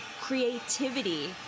creativity